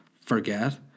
forget